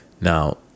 Now